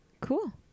cool